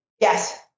Yes